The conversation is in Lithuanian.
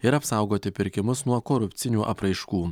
ir apsaugoti pirkimus nuo korupcinių apraiškų